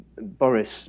Boris